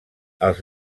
els